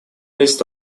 list